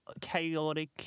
chaotic